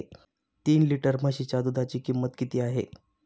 तीन लिटर म्हशीच्या दुधाची किंमत किती आहे?